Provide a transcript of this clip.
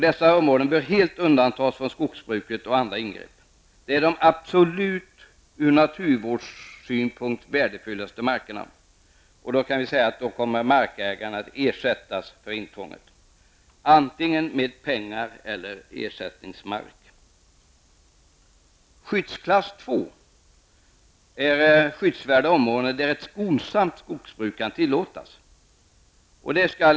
Dessa områden bör helt undantas från skogsbruk och andra ingrepp. Dessa är de ur naturvårdssynpunkt allra värdefullaste markerna, och markägaren kommer att ersättas för intrånget antingen med pengar eller med ersättningsmark. Skyddsklass 2 omfattar områden där ett skonsamt skogsbruk kan tillåtas.